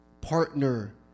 partner